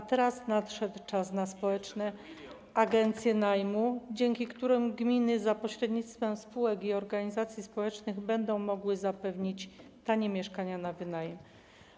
A teraz nadszedł czas na społeczne agencje najmu, dzięki którym gminy za pośrednictwem spółek i organizacji społecznych będą mogły zapewnić tanie mieszkania na wynajem.